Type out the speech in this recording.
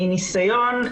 מניסיון,